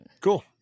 Cool